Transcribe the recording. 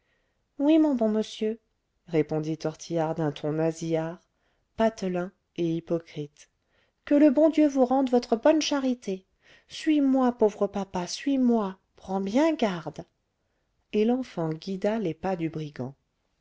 oui mon bon monsieur répondit tortillard d'un ton nasillard patelin et hypocrite que le bon dieu vous rende votre bonne charité suis-moi pauvre papa suis-moi prends bien garde et l'enfant guida les pas du brigand